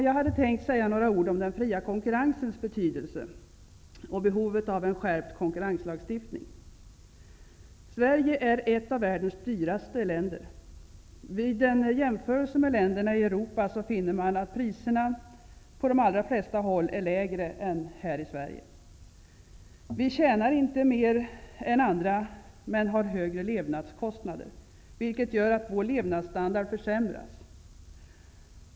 Jag hade tänkt att säga några ord om den fria konkurrensens betydelse och behovet av en skärpt konkurrenslagstiftning. Sverige är ett av världens dyraste länder. Vid en jämförelse med länderna i Europa finner man att priserna på de allra flesta håll är lägre än här i Vi tjänar inte mer än andra, men vi har högre levnadskostnader, vilket gör att vår levnadsstandard försämras.